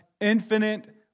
infinite